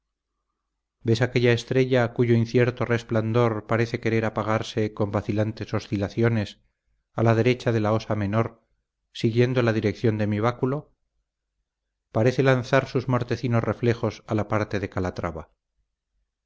ves aquella estrella cuyo incierto resplandor parece querer apagarse con vacilantes oscilaciones a la derecha de la osa menor siguiendo la dirección de mi báculo parece lanzar sus mortecinos reflejos a la parte de calatrava